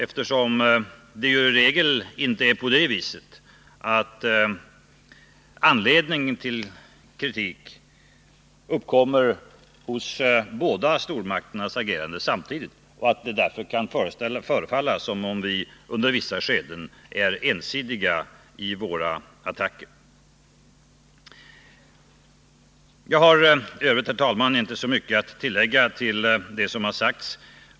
Ofta finns det inte samtidigt anledning till kritik av båda stormakterna. Det kan därför förefalla som om vi i vissa skeden är ensidiga i våra attacker. Jag har i övrigt, herr talman, inte så mycket att tillägga till det som har sagts.